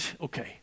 Okay